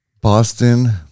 Boston